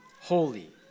holy